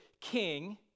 king